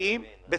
על